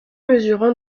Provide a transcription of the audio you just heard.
mesurent